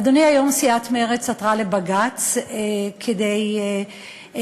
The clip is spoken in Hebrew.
אדוני, היום סיעת מרצ עתרה לבג"ץ כדי שיורה